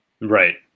right